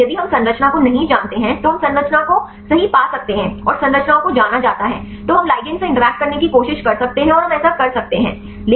इसलिए यदि हम संरचना को नहीं जानते हैं तो हम संरचना को सही पा सकते हैं और संरचनाओं को जाना जाता है तो हम लिगैंड से इंटरैक्ट करने की कोशिश कर सकते हैं और हम ऐसा कर सकते हैं